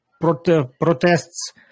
protests